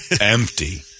empty